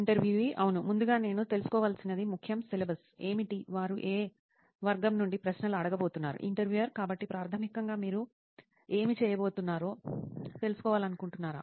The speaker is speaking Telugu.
ఇంటర్వ్యూఈ అవును ముందుగా నేను తెలుసుకోవలసినది ముఖ్యం సిలబస్ ఏమిటి వారు ఏ వర్గం నుండి ప్రశ్నలు అడగబోతున్నారు ఇంటర్వ్యూయర్ కాబట్టి ప్రాథమికంగా మీరు ఏమి చేయబోతున్నారో తెలుసుకోవాలనుకుంటున్నారా